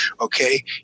okay